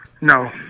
No